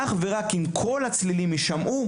אך ורק אם כל הצלילים יישמעו